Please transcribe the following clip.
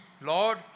Lord